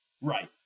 Right